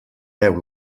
veu